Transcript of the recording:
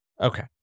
Okay